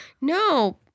no